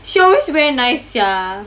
she always wear nice sia